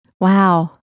Wow